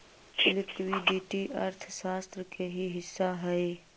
liquidity अर्थशास्त्र के ही हिस्सा हई